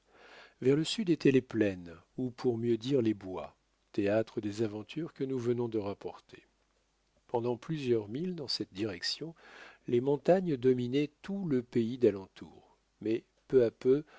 vers le sud étaient les plaines ou pour mieux dire les bois théâtre des aventures que nous venons de rapporter pendant plusieurs milles dans cette direction les montagnes dominaient tout le pays d'alentour mais peu à peu